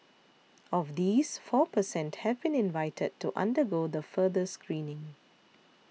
of these four per cent have been invited to undergo the further screening